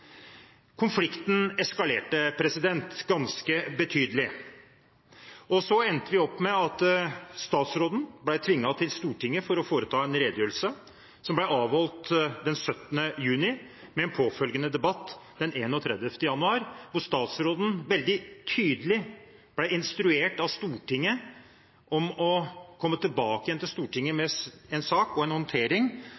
Konflikten eskalerte ganske betydelig. Så endte vi opp med at statsråden ble tvunget til Stortinget for å holde en redegjørelse, som ble avholdt den 17. januar med påfølgende debatt den 31. januar, da statsråden veldig tydelig ble instruert av Stortinget om å komme tilbake til Stortinget